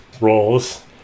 roles